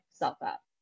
up